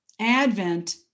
Advent